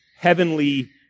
heavenly